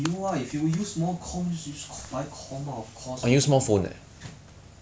co~ legit some shots you legit just need to can't miss one but you end up